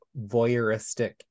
voyeuristic